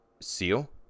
seal